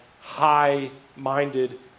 high-minded